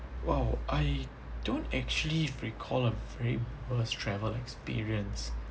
!wow! I don't actually recall a very worse travel experience